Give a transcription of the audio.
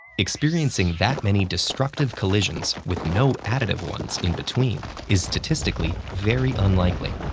experiencing that many destructive collisions with no additive ones in between is statistically very unlikely,